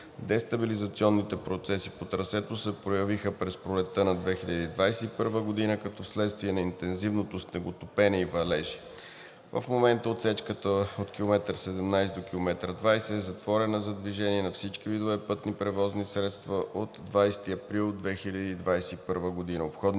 Дестабилизационните процеси по трасето се проявиха през пролетта на 2021 г. като следствие на интензивното снеготопене и валежи. В момента отсечката от км 17 до км 20 е затворена за движение на всички видове пътни превозни средства от 20 април 2021 г.